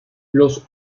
los